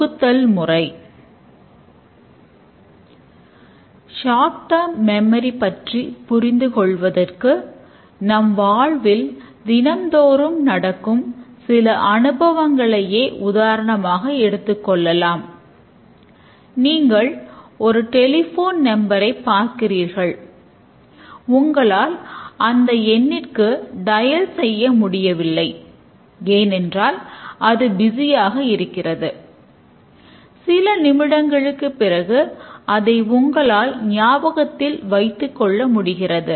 இந்த டீகம்போஸிசனுக்காக அல்லது செயல்கள் சில தரவுகளை உள்ளீடாக எடுத்துக்கொண்டு சில தரவுகளை வெளியீடாகக் கொடுக்கின்றன